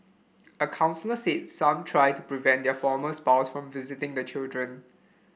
a counsellor said some try to prevent their former spouse from visiting the children